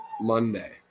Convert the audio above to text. Monday